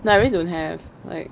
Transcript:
I really don't have like